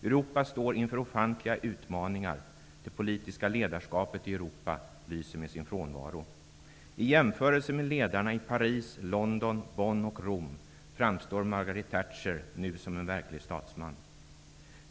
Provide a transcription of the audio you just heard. Europa står inför ofantliga utmaningar. Det politiska ledarskapet i Europa lyser med sin frånvaro. I jämförelse med ledarna i Paris, London, Bonn och Rom framstår Margaret Thatcher nu som en verklig statsman.